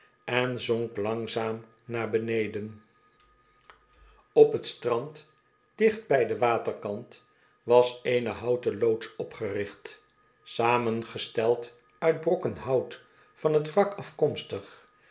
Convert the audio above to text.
en zonk langzaam naar beneden op het strand dicht bij den waterkant was eene houten loods opgericht samengesteld uit brokken hout van t wrak afkomstig